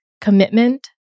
commitment